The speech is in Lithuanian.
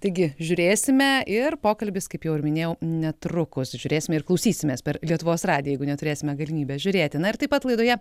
taigi žiūrėsime ir pokalbis kaip jau ir minėjau netrukus žiūrėsime ir klausysimės per lietuvos radiją jeigu neturėsime galimybės žiūrėti na ir taip pat laidoje